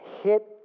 hit